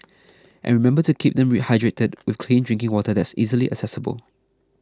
and remember to keep them hydrated with clean drinking water that's easily accessible